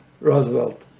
Roosevelt